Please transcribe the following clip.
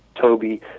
toby